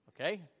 okay